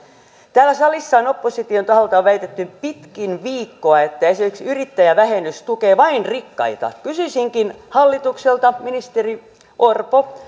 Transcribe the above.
täällä salissa on opposition taholta väitetty pitkin viikkoa että esimerkiksi yrittäjävähennys tukee vain rikkaita kysyisinkin hallitukselta ministeri orpo